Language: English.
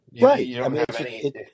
Right